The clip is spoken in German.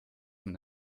man